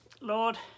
Lord